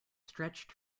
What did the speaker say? stretched